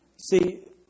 See